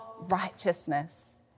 righteousness